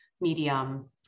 medium